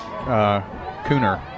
Cooner